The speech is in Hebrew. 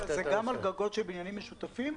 זה גם על גגות של בנינים משותפים?